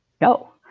No